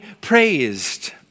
praised